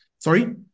Sorry